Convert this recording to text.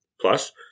plus